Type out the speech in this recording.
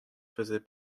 faisait